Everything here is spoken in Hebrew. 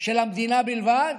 של המדינה בלבד,